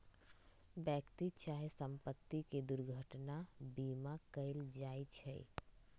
व्यक्ति चाहे संपत्ति के दुर्घटना बीमा कएल जाइ छइ